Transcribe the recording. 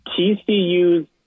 TCU's